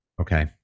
okay